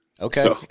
Okay